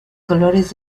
colores